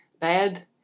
Bad